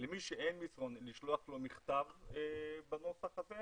ולמי שאין אפשרות לשלוח מסרון נשלח לו מכתב בנוסח הזה